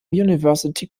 university